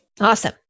Awesome